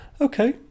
okay